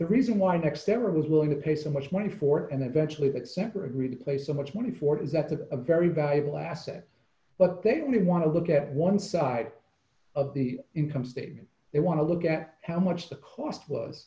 the reason why next there was willing to pay so much money for it and eventually that separate replace so much money for things that the a very valuable asset but they didn't want to look at one side of the income statement they want to look at how much the cost was